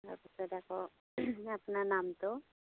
তাৰপিছত আকৌ আপোনাৰ নামটো